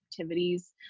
activities